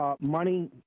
Money